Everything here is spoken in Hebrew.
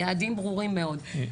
יעדים ברורים מאוד.